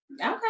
okay